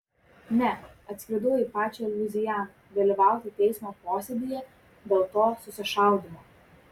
ne atskridau į pačią luizianą dalyvauti teismo posėdyje dėl to susišaudymo